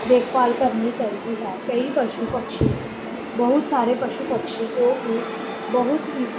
ਦੇਖਭਾਲ ਕਰਨੀ ਚਾਹੀਦੀ ਹੈ ਕਈ ਪਸ਼ੂ ਪਕਸ਼ੀ ਬਹੁਤ ਸਾਰੇ ਪਸ਼ੂ ਪਕਸ਼ੀ ਜੋ ਕਿ ਬਹੁਤ ਹੀ